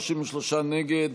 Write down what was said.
33 נגד,